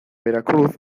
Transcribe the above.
veracruz